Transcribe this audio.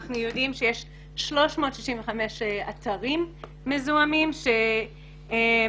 אנחנו יודעים שיש 365 אתרים מזוהמים מתוכם